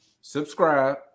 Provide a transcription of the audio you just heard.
subscribe